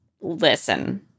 Listen